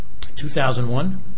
2001